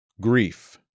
grief